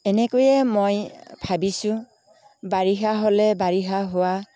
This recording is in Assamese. এনেকৈয়ে মই ভাবিছোঁ বাৰিষা হ'লে বাৰিষা হোৱা